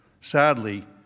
Sadly